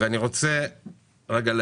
עכשיו אנחנו נעבור לחברי הכנסת כמובן,